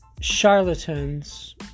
charlatans